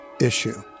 issue